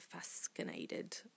fascinated